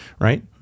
Right